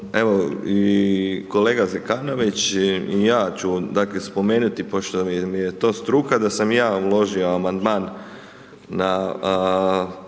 evo i kolega Zekanović i ja ću dakle spomenuti pošto mi je to struka da sam i ja uložio amandman na